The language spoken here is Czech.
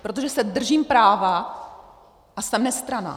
Protože se držím práva a jsem nestranná.